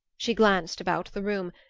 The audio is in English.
she glanced about the room,